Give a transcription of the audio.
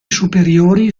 superiori